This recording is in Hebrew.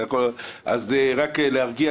רק להרגיע את כולם.